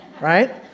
right